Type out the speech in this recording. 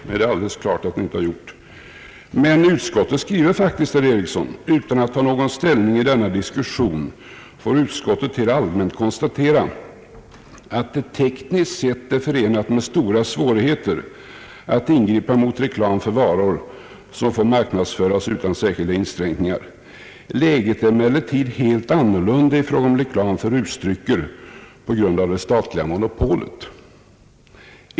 Nej, det har utskottet inte gjort, men det skriver faktiskt, herr Ericsson: »Utan att ta någon ställning i denna diskussion får utskottet helt allmänt konstatera att det tekniskt sett är förenat med stora svårigheter att ingripa mot reklam för varor, som får marknadsföras utan särskilda inskränkningar. Läget är emellertid helt annorlunda i fråga om reklam för rusdrycker på grund av det statliga monopolet.